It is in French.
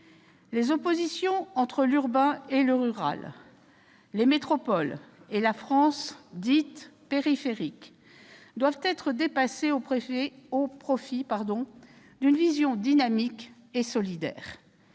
Les oppositions entre l'urbain et le rural, les métropoles et la France dite périphérique, doivent être dépassées au profit d'une vision dynamique et solidaire.